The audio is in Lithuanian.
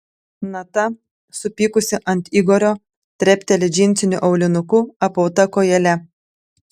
nata supykusi ant igorio trepteli džinsiniu aulinuku apauta kojele